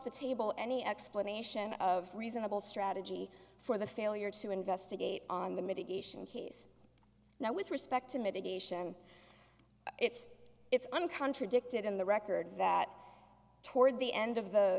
the table any explanation of reasonable strategy for the failure to investigate on the mitigation case now with respect to mitigation it's it's i'm contradicted in the record that toward the end of the